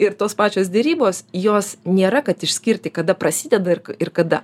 ir tos pačios derybos jos nėra kad išskirti kada prasideda ir ir kada